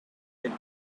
with